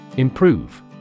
Improve